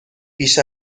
بیش